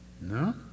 No